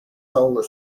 solar